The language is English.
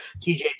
TJ